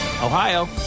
Ohio